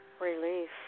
Relief